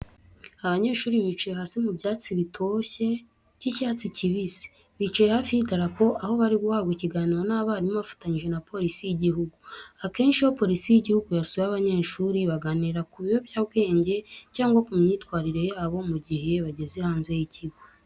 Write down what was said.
Abanyeshuri bicaye hasi mu byatsi bitoshye by'icyatsi kibisi, bicaye hafi y'idarapo aho bari guhabwa ikiganiro n'abarimu bafatanyije na polisi y'igihugu. Akenshi iyo polisi y'igihugu yasuye abanyeshuri baganira ku biyobyabwenge cyangwa ku myitwarire yabo mu gihe bageze hanze y'ikigo.